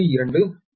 20 p